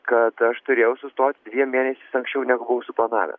kad aš turėjau sustoti dviem mėnesiais anksčiau nebuvau suplanavęs